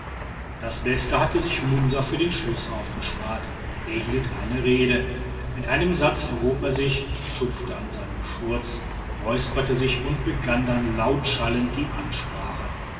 das beste hatte sich munsa für den schluß aufgespart er hielt eine rede mit einem satz erhob er sich zupfte an seinem schurz räusperte sich und begann dann lautschallend die ansprache